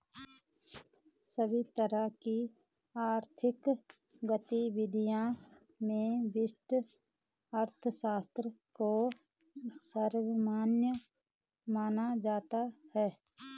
सभी तरह की आर्थिक गतिविधियों में व्यष्टि अर्थशास्त्र को सर्वमान्य माना जाता है